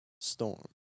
storm